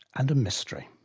and a mystery.